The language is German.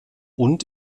und